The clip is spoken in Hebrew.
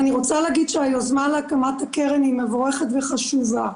היוזמה להקמת הקרן היא מבורכת וחשובה.